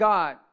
God